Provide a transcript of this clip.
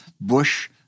Bush